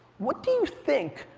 what do you think,